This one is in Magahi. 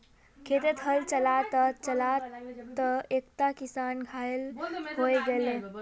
खेतत हल चला त चला त एकता किसान घायल हय गेले